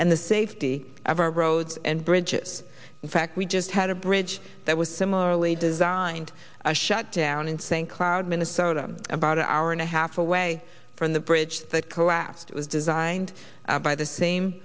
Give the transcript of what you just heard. and the safety of our roads and bridges in fact we just had a bridge that was similarly designed to shut down in st cloud minnesota about an hour and a half away from the bridge that collapsed was designed by the